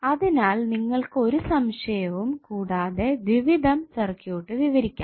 അതിനാൽ നിങ്ങൾക്കു ഒരു സംശയവും കൂടാതെ ദ്വിവിധം സർക്യൂട്ട് വിവരിക്കാം